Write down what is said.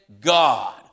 God